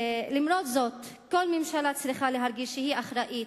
למרות זאת, כל ממשלה צריכה להרגיש שהיא אחראית,